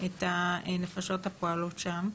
את הנפשות הפועלות שם.